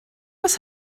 was